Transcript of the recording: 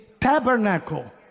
tabernacle